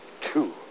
two